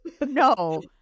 No